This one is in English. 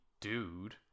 dude